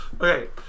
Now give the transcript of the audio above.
Okay